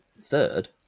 third